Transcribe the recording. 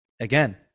again